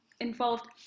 involved